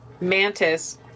Mantis